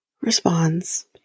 responds